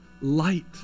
light